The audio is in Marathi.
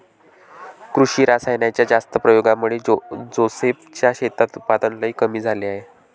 कृषी रासायनाच्या जास्त प्रयोगामुळे जोसेफ च्या शेतात उत्पादन लई कमी झाले आहे